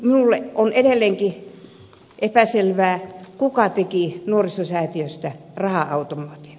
edelleenkin on epäselvää kuka teki nuorisosäätiöstä raha automaatin